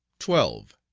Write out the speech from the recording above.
twelve.